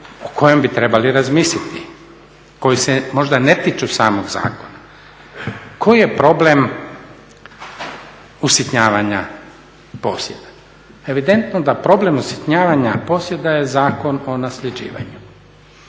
o kojima bi trebali razmisliti koji se možda ne tiču samog zakona. Koji je problem usitnjavanja posjeda? Evidentno da problem usitnjavanja posjeda je Zakon o nasljeđivanju